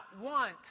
want